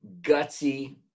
gutsy